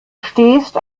stehst